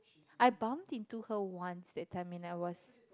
I bumped into her once that time when I was